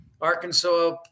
Arkansas